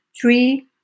three